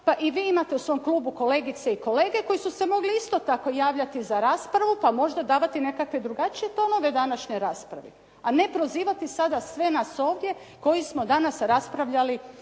pa i vi imate u svom klubu kolegice i kolege koji su se mogli isto tako javljati za raspravu, pa možda davati nekakve drugačije tonove današnjoj raspravi, a ne prozivati sada sve nas ovdje koji smo danas raspravljali